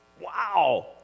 Wow